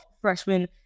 freshman